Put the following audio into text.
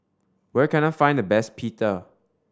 where can I find the best Pita